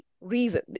reason